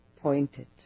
pointed